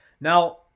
Now